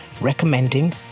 recommending